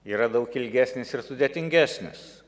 yra daug ilgesnis ir sudėtingesnis